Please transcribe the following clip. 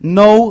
no